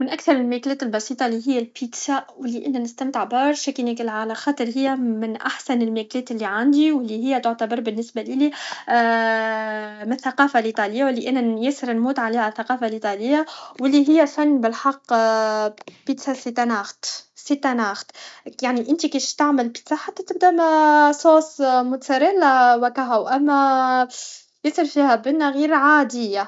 من اكثرالماكلات البسيطة لي هي لبيتزا و لي انا نستمتع باارشا كي ناكلها على خاطر من احسن الماكلات لي عندي و لي هي تعتبر بالنسبة لي من الثقافة الإيطالية و لي انا ياسر نموت عليها الثقافة الإيطالية و لي هي سايي بالحق لبيتزا سي تان اغت سي تان اغت يعني انتي كي تجي تعمل بيتزا حتى تبدا سوس متزاريلا و هك هو ياسر فيها بنه غير عادية